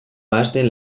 ahazten